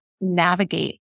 navigate